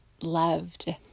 loved